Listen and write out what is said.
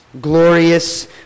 glorious